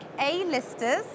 A-listers